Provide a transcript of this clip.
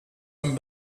dem